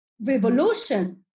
revolution